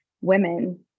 women